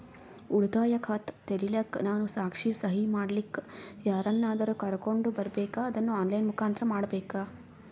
ಉಳಿತಾಯ ಖಾತ ತೆರಿಲಿಕ್ಕಾ ನಾನು ಸಾಕ್ಷಿ, ಸಹಿ ಮಾಡಲಿಕ್ಕ ಯಾರನ್ನಾದರೂ ಕರೋಕೊಂಡ್ ಬರಬೇಕಾ ಅದನ್ನು ಆನ್ ಲೈನ್ ಮುಖಾಂತ್ರ ಮಾಡಬೇಕ್ರಾ?